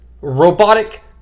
robotic